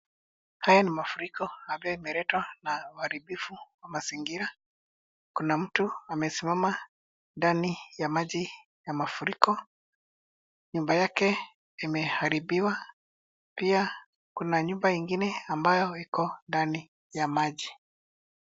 Haya ni mafuriko ambayo imeletwa na uharibifu wa mazingira. Kuna mtu amesimama ndani ya maji ya mafuriko. Nyumba yake imeharibiwa pia na kuna nyumba ingine ambayo iko ndani ya maji.